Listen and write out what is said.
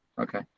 Okay